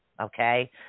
Okay